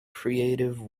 creative